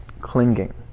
Clinging